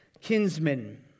kinsmen